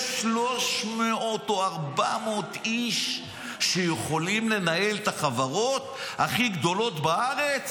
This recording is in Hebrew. יש 300 או 400 איש שיכולים לנהל את החברות הכי גדולות בארץ,